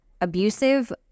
abusive